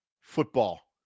football